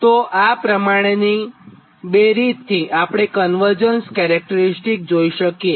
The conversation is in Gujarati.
તો આ પ્રમાણે બે રીત થી આપણે કન્વર્જન્સ કેરેક્ટરીસ્ટીક જોઇ શકીએ